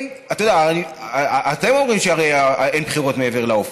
אתה יודע, אתם הרי אומרים שאין בחירות מעבר לאופק.